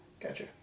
Gotcha